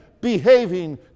behaving